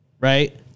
right